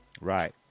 Right